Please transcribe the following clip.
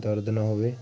ਦਰਦ ਨਾ ਹੋਵੇ